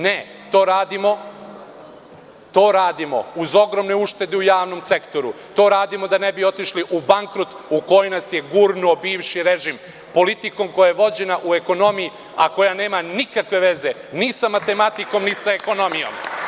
Ne, to radimo uz ogromne uštede u javnom sektoru, to radimo da ne bi otišli u bankrot u koji nas je gurnuo bivši režim, politikom koja je vođena u ekonomiji, a koja nema nikakve veze ni sa matematikom, ni sa ekonomijom.